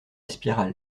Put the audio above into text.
aspira